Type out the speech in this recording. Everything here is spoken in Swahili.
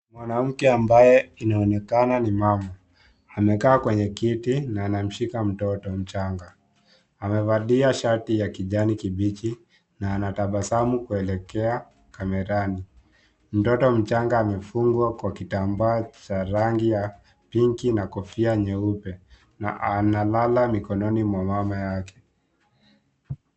Mwanamke ambaye inaonekana ni mama, amekaa kwenye kiti na anamshika mtoto mchanga. Amevalia shati ya kijani kibichi na anatabasamu kuelekea kamerani. Mtoto mchanga amefungwa kwa kitambaa cha rangi ya pinki na kofia nyeupe na analala mikononi mwa mama wake.